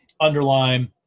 underline